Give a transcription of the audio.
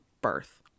birth